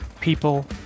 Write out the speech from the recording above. people